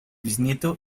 bisnieto